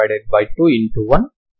కాబట్టి ఇది t అవుతుంది